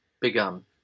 begun